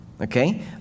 Okay